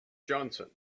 johnson